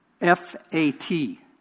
F-A-T